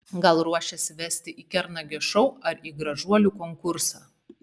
gal ruošiasi vesti į kernagio šou ar į gražuolių konkursą